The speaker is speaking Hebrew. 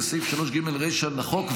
זה סעיף 3(ג) לחוק,